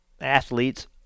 athletes